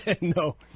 No